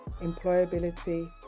employability